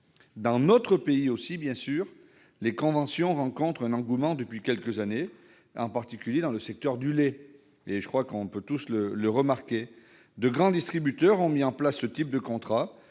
Dans notre pays, ces conventions rencontrent un engouement depuis quelques années, en particulier dans le secteur du lait. Chacun a pu l'observer. De grands distributeurs ont mis en place ce type de contrat,